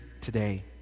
today